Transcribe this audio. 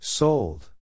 Sold